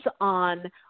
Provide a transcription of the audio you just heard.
on